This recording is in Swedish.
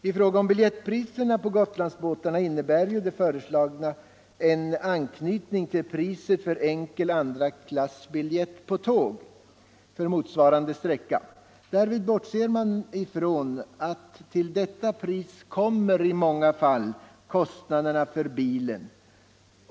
Beträffande biljettpriserna på Gotlandsbåtarna innebär det föreliggande förslaget en anknytning till priset för en enkel andraklassbiljett på tåg för motsvarande sträcka. Härvid bortser man dock ifrån att till detta pris i många fall kommer kostnaderna för bilen.